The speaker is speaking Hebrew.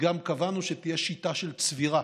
קבענו גם שתהיה שיטה של צבירה,